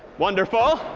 wonderful.